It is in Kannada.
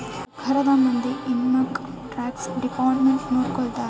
ಸರ್ಕಾರದ ಮಂದಿ ಇನ್ಕಮ್ ಟ್ಯಾಕ್ಸ್ ಡಿಪಾರ್ಟ್ಮೆಂಟ್ ನೊಡ್ಕೋತರ